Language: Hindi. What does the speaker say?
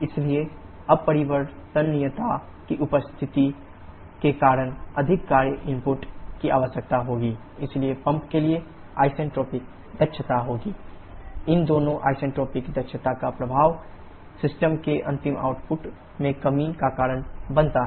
इसलिए अपरिवर्तनीयता की उपस्थिति के कारण अधिक कार्य इनपुट की आवश्यकता होगी इसलिए पंप के लिए आइसेंट्रोपिक दक्षता होगी Pideal input requirementactual work requirementh4s h3h4 h3 इन दोनों isentropic क्षमता का प्रभाव सिस्टम से अंतिम आउटपुट में कमी का कारण बनता है